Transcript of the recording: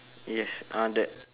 yes uh that